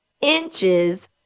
Inches